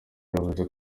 yavuze